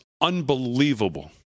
unbelievable